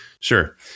Sure